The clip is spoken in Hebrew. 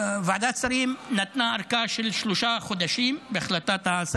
ועדת שרים נתנה ארכה של שלושה חודשים בהחלטתה.